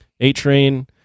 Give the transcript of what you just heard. A-Train